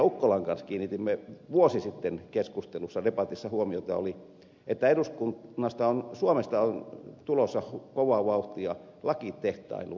ukkolan kanssa kiinnitimme vuosi sitten keskustelussa debatissa huomiota oli että suomesta on tulossa kovaa vauhtia lakitehtailuvaltio